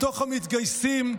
מתוך המתגייסים,